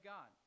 God